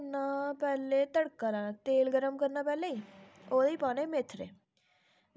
ते जि'यां चार कोई मैह्मान आई जान ते उ'नें गी रुट्टी पाई देनी ते जि'यां हून डुंग्गे होई गे